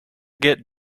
get